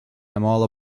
all